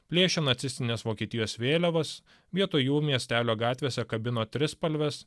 plėšė nacistinės vokietijos vėliavas vietoj jų miestelio gatvėse kabino trispalves